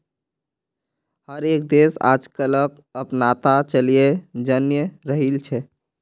हर एक देश आजकलक अपनाता चलयें जन्य रहिल छे